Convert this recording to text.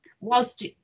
Whilst